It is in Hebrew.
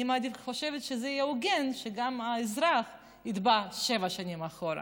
אני חושבת שזה יהיה הוגן שגם האזרח יתבע שבע שנים אחורה.